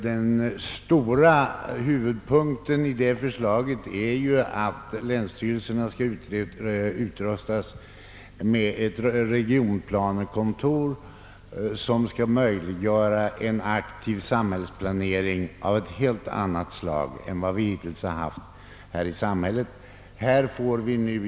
Den stora huvudpunkten i förslaget är att länsstyrelserna skall utrustas med ett regionplanekontor, som skall möjliggöra en aktiv samhällsplanering av helt annat slag än vi hittills har haft i samhället.